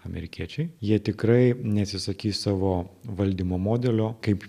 amerikiečiai jie tikrai neatsisakys savo valdymo modelio kaip